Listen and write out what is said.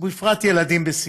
בפרט ילדים בסיכון.